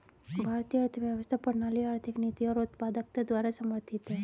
भारतीय अर्थव्यवस्था प्रणाली आर्थिक नीति और उत्पादकता द्वारा समर्थित हैं